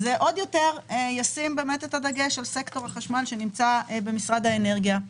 זה עוד יותר ישים את הדגש על סקטור החשמל שנמצא במשרד האנרגיה.